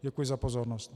Děkuji za pozornost.